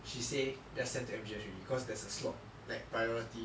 she say just send to M_G_S already cause there's a slot like priority